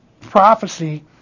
prophecy